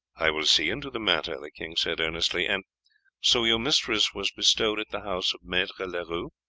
i will see into the matter the king said earnestly. and so your mistress was bestowed at the house of maitre leroux?